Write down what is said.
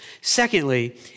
Secondly